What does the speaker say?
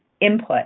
input